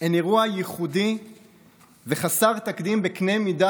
הן אירוע ייחודי וחסר תקדים בקנה מידה